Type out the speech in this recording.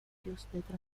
transporte